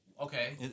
Okay